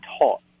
taught